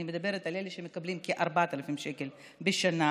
אני מדברת על אלה שמקבלים כ-4,000 שקל בשנה,